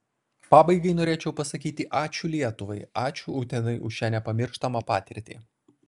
pabaigai norėčiau pasakyti ačiū lietuvai ačiū utenai už šią nepamirštamą patirtį